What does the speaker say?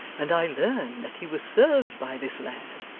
and i learn that he was served by this lad.